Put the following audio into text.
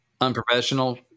unprofessional